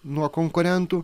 nuo konkurentų